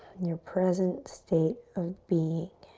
your present state of being.